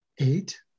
Eight